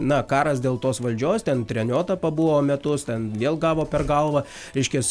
na karas dėl tos valdžios ten treniota pabuvo metus ten vėl gavo per galvą reiškias